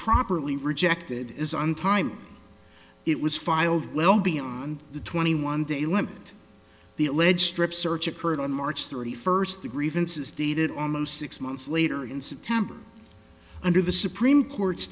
properly rejected as on time it was filed well beyond the twenty one day limit the alleged strip search occurred on march thirty first the grievances dated almost six months later in september under the supreme court's